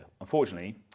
Unfortunately